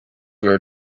were